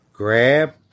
Grab